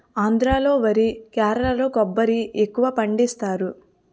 ఆంధ్రా లో వరి కేరళలో కొబ్బరి ఎక్కువపండిస్తారు